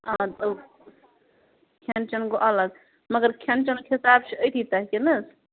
آ گوٚو کھٮ۪ن چٮ۪ن گوٚو الگ مگر کھٮ۪ن چٮ۪نُک حِساب چھُ أتی تۅہہِ کِنہٕ حظ